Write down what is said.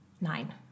nine